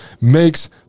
makes